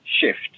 shift